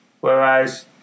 whereas